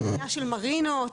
מרינות,